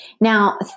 Now